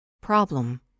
Problem